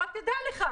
אבל תדע לך,